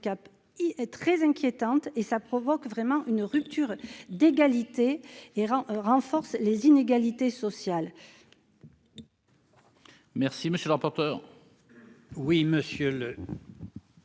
est très inquiétante et ça provoque vraiment une rupture d'égalité et rend renforce les inégalités sociales.